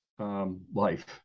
Life